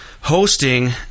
hosting